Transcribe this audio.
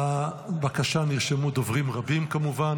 לבקשה נרשמו דוברים רבים, כמובן.